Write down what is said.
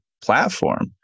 platform